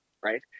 right